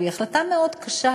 והיא החלטה מאוד קשה,